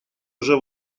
уже